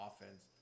offense